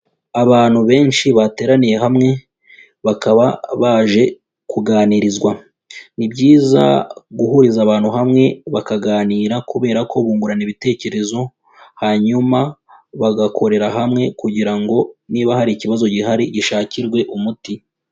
Abantu benshi bateraniye hamwe, bakaba baje kuganirizwa. Ni byiza guhuriza abantu hamwe bakaganira kubera ku bungurana ibitekerezo, hanyuma bagakorera hamwe kugira ngo niba hari ikibazo gihari, gishakirwe umuti.